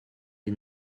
les